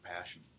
passion